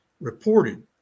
reported